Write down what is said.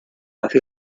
hacia